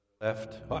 Left